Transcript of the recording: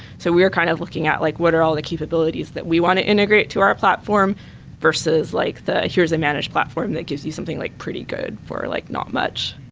so we're kind of looking at like what are all the capabilities that we want to integrate to our platform versus like here's a managed platform that gives you something like pretty good for like not much.